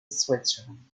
switzerland